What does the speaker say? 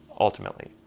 ultimately